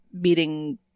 beating